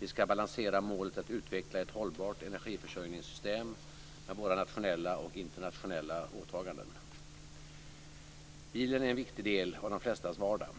Vi ska balansera målet att utveckla ett hållbart energiförsörjningssystem med våra nationella och internationella åtaganden. Bilen är en viktig del av de flestas vardag.